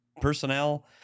personnel